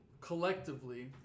collectively